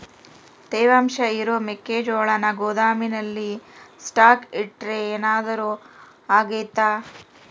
ತೇವಾಂಶ ಇರೋ ಮೆಕ್ಕೆಜೋಳನ ಗೋದಾಮಿನಲ್ಲಿ ಸ್ಟಾಕ್ ಇಟ್ರೆ ಏನಾದರೂ ಅಗ್ತೈತ?